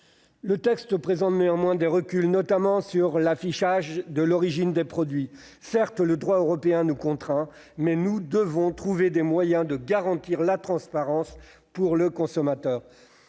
Le texte présente néanmoins des reculs, notamment sur l'affichage de l'origine des produits. Certes, le droit européen nous contraint, mais nous devons trouver des moyens de garantir la transparence pour le consommateur.